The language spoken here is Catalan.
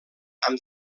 amb